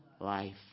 life